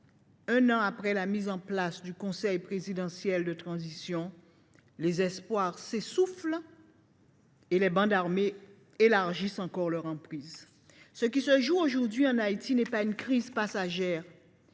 Un an après la mise en place du Conseil présidentiel de transition, les espoirs s’essoufflent et les bandes armées élargissent encore leur emprise. Ce qui se joue aujourd’hui en Haïti n’est pas une crise passagère.